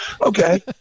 okay